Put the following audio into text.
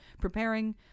preparing